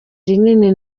rinini